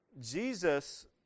Jesus